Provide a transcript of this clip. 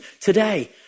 today